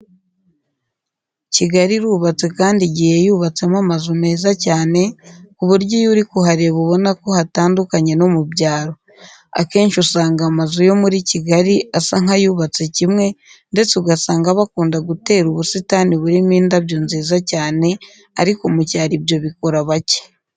Kigali irubatse kandi igiye yubatsemo amazu meza cyane, ku buryo iyo uri kuhareba ubona ko hatandukanye no mu byaro. Akenshi usanga amazu yo muri Kigali asa nk'ayubatse kimwe ndetse ugasanga bakunda gutera ubusitani burimo indabyo nziza cyane, ariko mu cyaro ibyo bikora bake.